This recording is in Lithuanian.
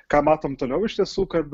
ką matom toliau iš tiesų kad